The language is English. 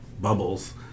bubbles